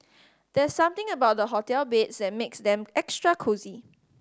there's something about the hotel beds that makes them extra cosy